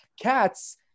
cats